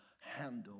handle